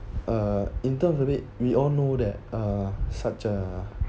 uh in term of it we all know that uh such uh